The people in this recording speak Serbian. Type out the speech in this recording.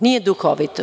Nije duhovito.